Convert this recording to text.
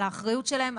על האחריות שלהם,